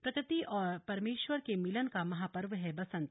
प्रकृति और परमेश्वर के मिलन का महापर्व है वसंत